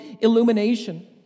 illumination